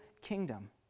kingdom